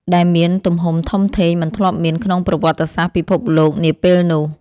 ដែលមានទំហំធំធេងមិនធ្លាប់មានក្នុងប្រវត្តិសាស្ត្រពិភពលោកនាពេលនោះ។